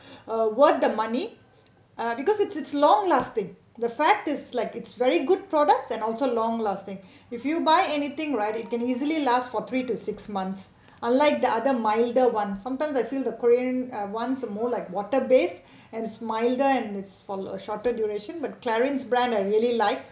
uh worth the money uh because it's it's it's long lasting the fact is like it's very good product and also long lasting if you buy anything right it can easily last for three to six months unlike the other milder one sometimes I feel the korean ah once a more like water base and it's milder and it's for a shorter duration but Clarins brand I really like